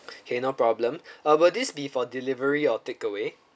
okay no problem uh but this is be for delivery or take away